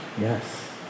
yes